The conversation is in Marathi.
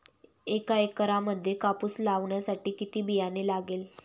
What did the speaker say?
एका एकरामध्ये कापूस लावण्यासाठी किती बियाणे लागेल?